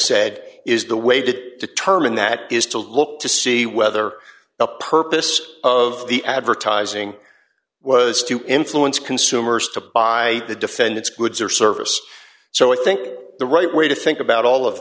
said is the way did determine that is to look to see whether the purpose of the advertising was to influence consumers to buy the defendant's goods or service so i think the right way to think about all of